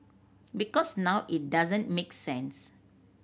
because now it doesn't make sense